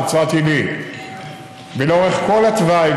נצרת עילית ולאורך כל התוואי,